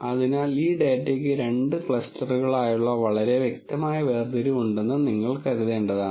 അതിനാൽ ഈ ഡാറ്റക്ക് രണ്ട് ക്ലസ്റ്ററുകളായുള്ള വളരെ വ്യക്തമായ വേർതിരിവ് ഉണ്ടെന്ന് നിങ്ങൾ കരുത്തേണ്ടതാണ്